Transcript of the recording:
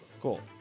Cool